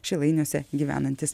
šilainiuose gyvenantys